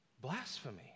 Blasphemy